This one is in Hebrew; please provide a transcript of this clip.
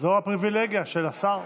זו הפריבילגיה של השר.